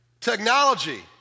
technology